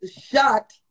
shut